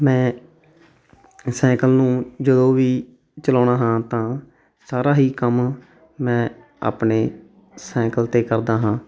ਮੈਂ ਸਾਈਕਲ ਨੂੰ ਜਦੋਂ ਵੀ ਚਲਾਉਂਦਾ ਹਾਂ ਤਾਂ ਸਾਰਾ ਹੀ ਕੰਮ ਮੈਂ ਆਪਣੇ ਸਾਈਕਲ 'ਤੇ ਕਰਦਾ ਹਾਂ